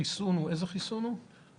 איזה חיסון הוא של קובקס?